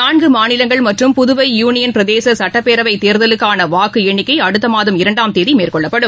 நான்கு மாநிவங்கள் மற்றும் புதுவை யுனியன் பிரதேச சுட்டப்பேரவைத் தேர்தலுக்கான வாக்கு எண்ணிக்கை அடுத்த மாதம் இரண்டாம் தேதி மேற்கொள்ளப்படும்